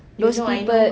those people